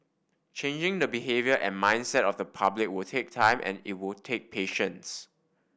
changing the behaviour and mindset of the public will take time and it will take patience